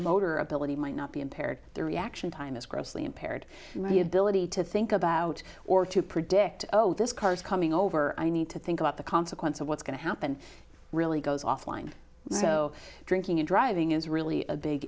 motor ability might not be impaired their reaction time is grossly impaired the ability to think about or to predict oh this car is coming over i need to think about the consequence of what's going to happen really goes offline so drinking and driving is really a big